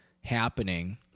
happening